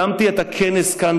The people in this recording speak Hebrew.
קיימתי את הכנס כאן,